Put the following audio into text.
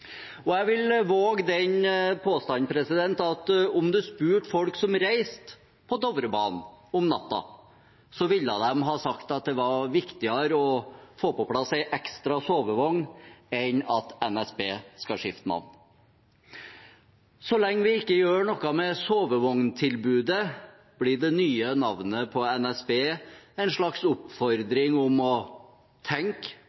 Jeg vil våge den påstand at om man spurte folk som reiste på Dovrebanen om natten, ville de sagt at det var viktigere å få på plass en ekstra sovevogn enn at NSB skal skifte navn. Så lenge vi ikke gjør noe med sovevogntilbudet, blir det nye navnet på NSB en slags oppfordring om å tenke